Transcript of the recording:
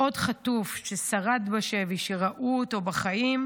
עוד חטוף ששרד בשבי, שראו אותו בחיים,